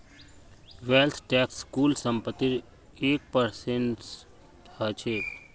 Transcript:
wealth tax कुल संपत्तिर एक परसेंट ह छेक